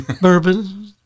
bourbon